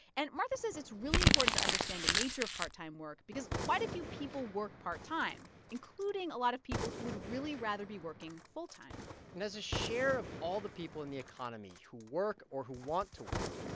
and martha says it's really important to understand the nature of part-time work because quite a few people work part time, including a lot of people who would really rather be working full time and as a share of all the people in the economy who work or who want to work,